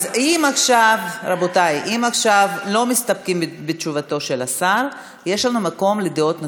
אם עכשיו לא מסתפקים בתשובתו של השר יש לנו מקום לדעות נוספות.